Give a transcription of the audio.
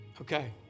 Okay